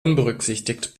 unberücksichtigt